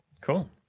cool